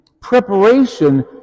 preparation